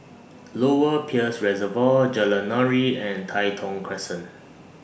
Lower Peirce Reservoir Jalan Nuri and Tai Thong Crescent